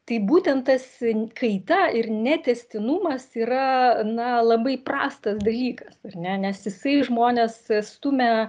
tai būtent tas n kaita ir netęstinumas yra na labai prastas dalykas ar ne nes jisai žmones stumia